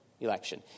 election